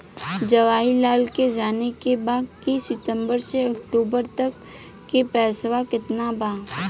जवाहिर लाल के जाने के बा की सितंबर से अक्टूबर तक के पेसवा कितना बा?